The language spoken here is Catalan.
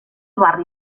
barri